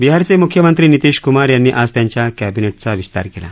बिहारचे मुख्यमंत्री नितीश कुमार यांनी आज त्यांच्या कविनेटचा विस्तार केला